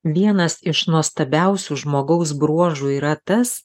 vienas iš nuostabiausių žmogaus bruožų yra tas